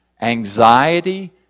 anxiety